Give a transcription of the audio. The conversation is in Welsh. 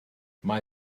mae